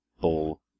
ball